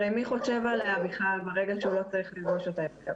הרי מי חושב עליה בכלל ברגע שהוא לא צריך ללבוש אותה יותר?